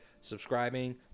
subscribing